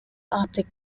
optic